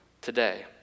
today